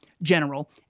General